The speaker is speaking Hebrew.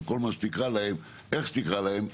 כל מה שתקרא להם ואיך שתקרא להם,